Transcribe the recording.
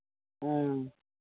हँ